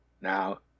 Now